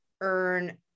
earn